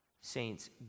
Saints